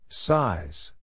Size